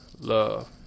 Love